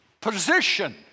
position